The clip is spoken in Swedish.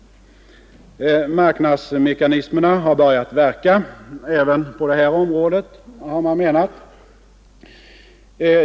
Man har menat att marknadsmekanismerna har börjat verka även på detta område.